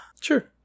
sure